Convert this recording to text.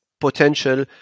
potential